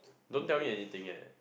don't tell me anything eh